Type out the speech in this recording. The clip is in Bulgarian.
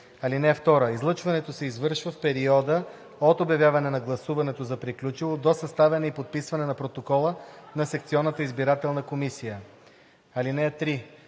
(2) Излъчването се извършва в периода от обявяване на гласуването за приключило до съставяне и подписване на протокола на секционната избирателна комисия. (3)